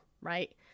right